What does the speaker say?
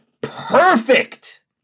perfect